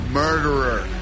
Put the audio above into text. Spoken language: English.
murderer